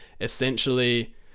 essentially